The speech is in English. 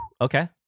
Okay